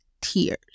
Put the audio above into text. tears